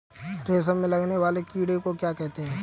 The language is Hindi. रेशम में लगने वाले कीड़े को क्या कहते हैं?